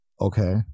Okay